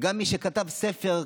גם מי שכתב ספר,